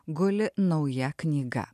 guli nauja knyga